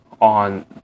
on